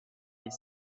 est